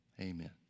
amen